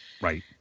Right